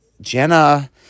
Jenna